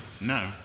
No